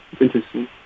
Interesting